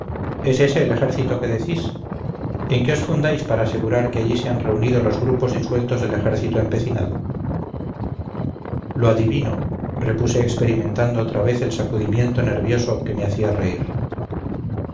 es ese el ejército que decís en qué os fundáis para asegurar que allí se han reunido los grupos disueltos del ejército empecinado lo adivino repuse experimentando otra vez el sacudimiento nervioso que me hacía reír